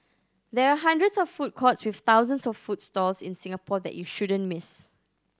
there are hundreds of food courts with thousands of food stalls in Singapore that you shouldn't miss